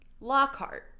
Lockhart